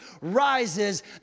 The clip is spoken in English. rises